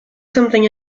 something